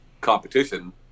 competition